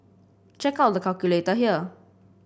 check out the calculator here